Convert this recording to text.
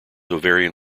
ovarian